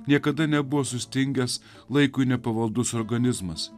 niekada nebuvo sustingęs laikui nepavaldus organizmas